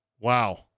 Wow